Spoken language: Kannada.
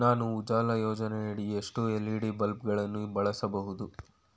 ನಾನು ಉಜಾಲ ಯೋಜನೆಯಡಿ ಎಷ್ಟು ಎಲ್.ಇ.ಡಿ ಬಲ್ಬ್ ಗಳನ್ನು ಬಳಸಬಹುದು?